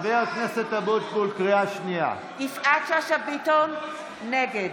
(קוראת בשמות חברי הכנסת) יפעת שאשא ביטון, נגד